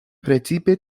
precipe